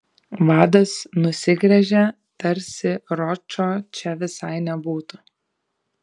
vadas nusigręžė tarsi ročo čia visai nebūtų